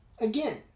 again